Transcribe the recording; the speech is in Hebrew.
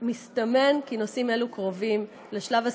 אולם מסתמן כי הנושאים האלה קרובים לשלב הסיכומים.